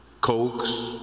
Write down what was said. Cokes